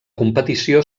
competició